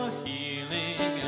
healing